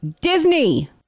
Disney